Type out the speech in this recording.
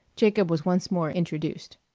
jacob was once more introduced.